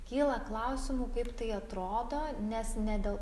kyla klausimų kaip tai atrodo nes ne dėl